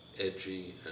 edgy